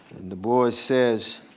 du bois says,